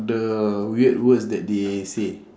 the weird words that they say